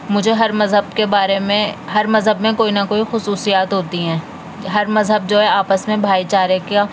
مجھے ہر مذہب کے بارے میں ہر مذہب میں کوئی نہ کوئی خصوصیات ہوتی ہیں ہر مذہب جو ہے آپس میں بھائی چارے کا